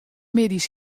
middeis